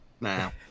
now